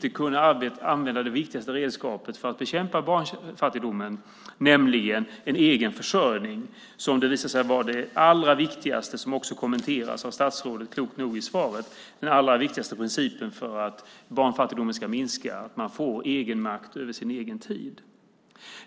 De kunde inte använda det viktigaste redskapet för att bekämpa barnfattigdomen, nämligen en egen försörjning. Det visar sig vara det allra viktigaste, som också kommenteras av statsrådet klokt nog i svaret. Den allra viktigaste principen för att barnfattigdomen ska minska är att man får makt över sin egen tid.